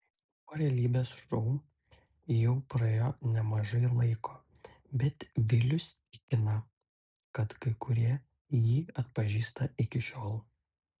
po realybės šou jau praėjo nemažai laiko bet vilius tikina kad kai kurie jį atpažįsta iki šiol